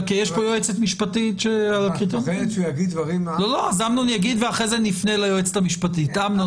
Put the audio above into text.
הוא מגיש את הבקשה ומאושר אוטומטית.